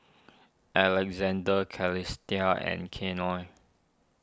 Alexander Celestia and Keion